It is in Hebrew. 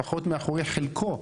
לפחות מאחורי חלקו.